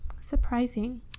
Surprising